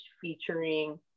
featuring